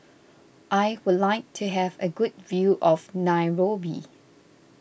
I would like to have a good view of Nairobi